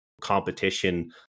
competition